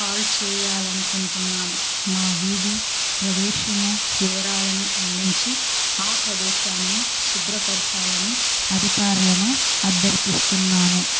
call చేయాలి అనుకుంటున్నాను మా వీధి ప్రదేశము వివరాలను అందించి ఆ ప్రదేశాన్ని శుభ్రపరచాలి అని అధికారులను అభ్యర్థస్తున్నాను